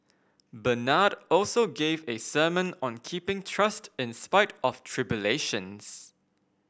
Bernard also gave a sermon on keeping trust in spite of tribulations